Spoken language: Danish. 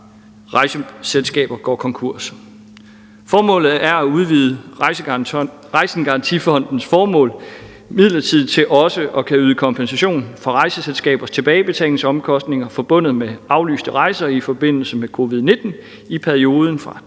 rejseselskaber går konkurs. Formålet er at udvide Rejsegarantifondens formål midlertidigt til også at kunne yde kompensation for rejseselskabers tilbagebetalingsomkostninger forbundet med aflyste rejser i forbindelse med covid-19 i perioden fra den